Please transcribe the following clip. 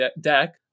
deck